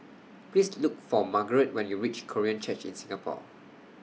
Please Look For Margarette when YOU REACH Korean Church in Singapore